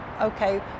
okay